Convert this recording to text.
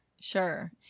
Sure